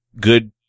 good